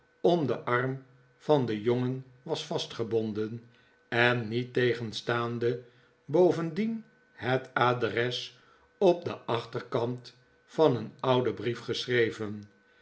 om den arm van den jongen was vastgebonden en niettegenstaande bovendien het adres op den achterkant van een ouden brief geschreven